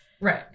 Right